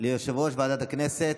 ליושב-ראש ועדת הכנסת.